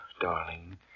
darling